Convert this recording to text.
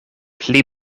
pli